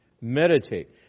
Meditate